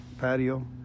patio